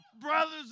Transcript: brothers